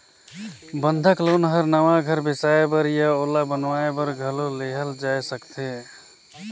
बंधक लोन हर नवा घर बेसाए बर या ओला बनावाये बर घलो लेहल जाय सकथे